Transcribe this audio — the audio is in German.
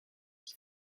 ich